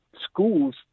schools